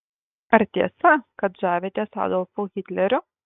ar tiesa kad žavitės adolfu hitleriu